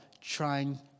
trying